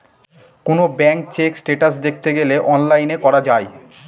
কোনো bank check status দেখতে গেলে অনলাইনে করা যায়